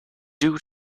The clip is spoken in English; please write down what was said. due